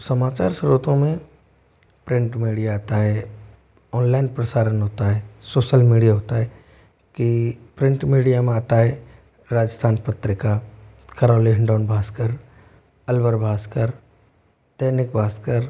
समाचार स्रोतों में प्रिंट मीडिया आता है ऑनलाइन प्रसारण होता है सोसल मीडिया होता है कि प्रिंट मीडिया में आता है राजस्थान पत्रिका करौली हिंडौन भास्कर अलवर भास्कर दैनिक भास्कर